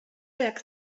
jak